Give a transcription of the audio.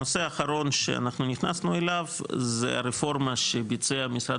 נושא אחרון שאנחנו נכנסנו אליו זה הרפורמה שביצע משרד